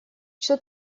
что